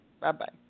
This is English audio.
Bye-bye